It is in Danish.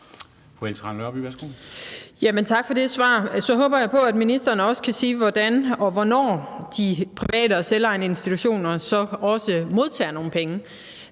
Tak for det svar. Så håber jeg på, at ministeren også kan sige, hvordan og hvornår de private og selvejende institutioner så også modtager nogle penge,